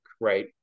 right